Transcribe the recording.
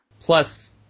Plus